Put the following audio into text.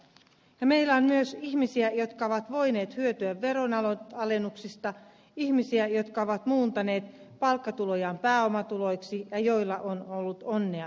meillä on myös ihmisiä jotka ovat voineet hyötyä veronalennuksista ihmisiä jotka ovat muuntaneet palkkatulojaan pääomatuloiksi ja joilla on ollut onnea sijoitusmarkkinoilla